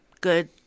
good